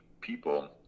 people